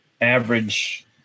average